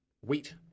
wheat